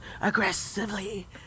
aggressively